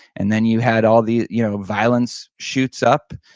and then you had all the you know violence shoots up,